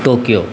Tokyo